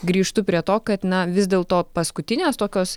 grįžtu prie to kad na vis dėlto paskutinės tokios